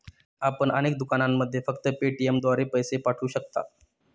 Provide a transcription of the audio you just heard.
आपण अनेक दुकानांमध्ये फक्त पेटीएमद्वारे पैसे पाठवू शकता